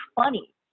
funny